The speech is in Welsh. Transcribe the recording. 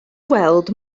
weld